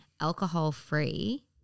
alcohol-free